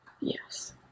yes